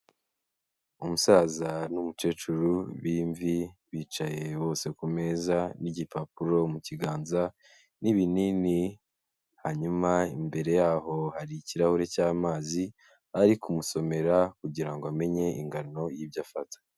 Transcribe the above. Umusaza n'umukecuru b'imvi bicaye bose ku meza n'igipapuro mu kiganza n'ibinini, hanyuma imbere yaho hari ikirahure cy'amazi, ari kumusomera kugira ngo amenye ingano y'ibyo afata.